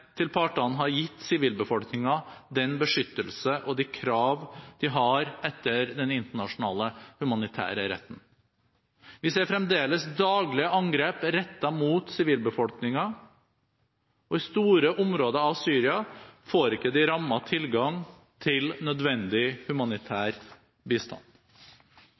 til partene har gitt sivilbefolkningen den beskyttelse og de krav de har etter den internasjonale humanitærretten. Vi ser fremdeles daglige angrep rettet mot sivilbefolkningen, og i store områder av Syria får de rammede ikke tilgang til nødvendig humanitær bistand.